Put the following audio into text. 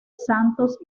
santos